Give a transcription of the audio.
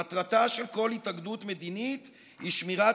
מטרתה של כל התאגדות מדינית היא שמירת